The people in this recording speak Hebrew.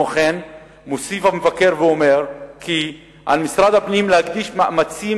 ומוסיף המבקר ואומר כי "על משרד הפנים להקדיש מאמצים